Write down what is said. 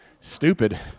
stupid